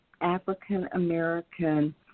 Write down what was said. African-American